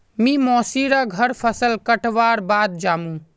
मी मोसी र घर फसल कटवार बाद जामु